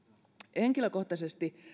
henkilökohtaisesti